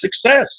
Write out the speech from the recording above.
success